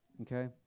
Okay